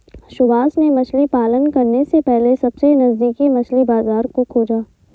सुभाष ने मछली पालन करने से पहले सबसे नजदीकी मछली बाजार को खोजा